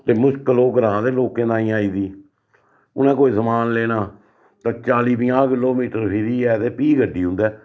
ते मुश्कल ओह् ग्रांऽ दे लोके ताईं आई दी उ'नें कोई समान लेना ते चाली पंजाह् किलो मीटर फिरियै ते फ्ही गड्डी उंदै